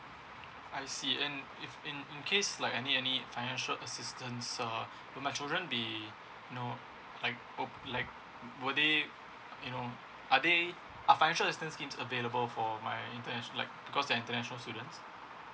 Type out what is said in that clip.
I see and if in in case like any any financial assistance uh will my children be know like op~ like will they you know are they are financial scheme available for my international like because I'm international student